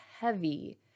heavy